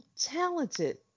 talented